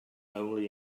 only